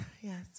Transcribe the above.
Yes